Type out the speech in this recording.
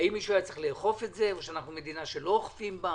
האם מישהו היה צריך לאכוף את זה או שאנחנו מדינה שלא אוכפים בה